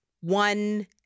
one